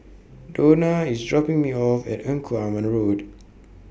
Dona IS dropping Me off At Engku Aman Road